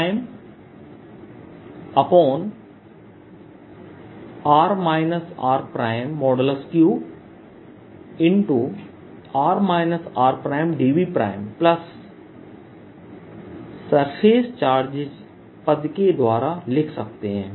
3r rdV surface charges पदके द्वारा लिख सकते हैं